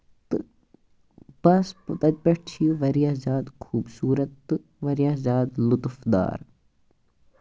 بَس تَتہِ پٮ۪ٹھ چھِ یہِ واریاہ زیادٕ خوٗبصوٗرت تہٕ واریاہ زیادٕ لُطُف دار